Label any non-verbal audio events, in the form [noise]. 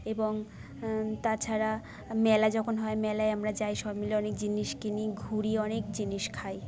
এবং তাছাড়া মেলা যখন হয় মেলায় আমরা যাই [unintelligible] জিনিস কিনি ঘুরি অনেক জিনিস খাই